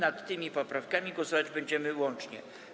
Nad tymi poprawkami głosować będziemy łącznie.